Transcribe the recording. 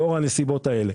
לאור הנסיבות האלה.